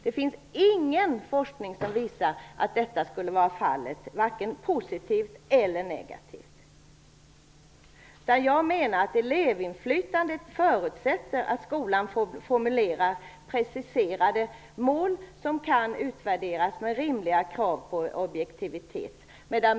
Det finns ingen forskning som visar att detta skulle vara fallet, varken positivt eller negativt. Jag menar att elevinflytandet förutsätter att skolan formulerar preciserade mål som kan utvärderas med rimliga krav på objektivitet.